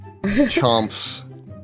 chomps